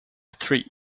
three